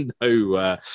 no